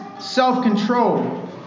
self-control